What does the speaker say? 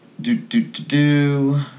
Do-do-do-do